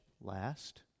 last